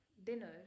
dinner